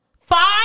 Five